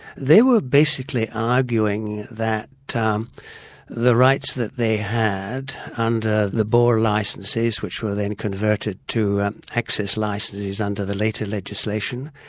they were basically arguing that um the rights that they had under the bore licences, which were then converted to access licences under the later legislation,